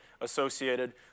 associated